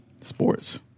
Sports